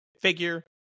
figure